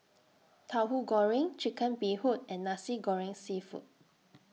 Tauhu Goreng Chicken Bee Hoon and Nasi Goreng Seafood